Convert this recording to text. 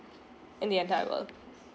in the entire world